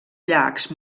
llacs